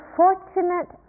fortunate